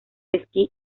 esquí